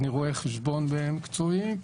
אני רואה חשבון במקצועי,